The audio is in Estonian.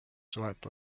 suhete